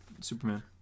Superman